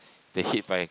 they hit by